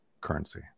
currency